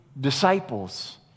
disciples